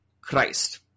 Christ